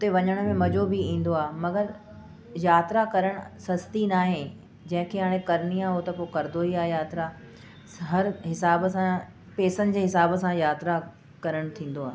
वञण में मज़ो बि ईंदो आहे मगर यात्रा करणु सस्ती न आहे जंहिंखे हाणे करणी आहे उहो त पोइ कंदो ई आहे यात्रा हर हिसाब सां पैसनि जे हिसाब सां यात्रा करणु थींदो आहे